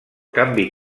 canvi